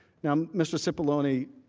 now. mr. cipollone,